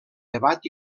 debat